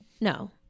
No